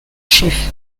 chefs